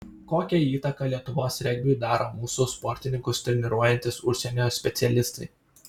kokią įtaką lietuvos regbiui daro mūsų sportininkus treniruojantys užsienio specialistai